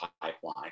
pipeline